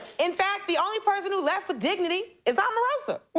in fact, the only person who left with dignity is omarosa.